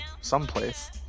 someplace